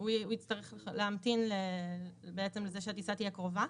הוא יצטרך להמתין לזה שהטיסה תהיה קרובה.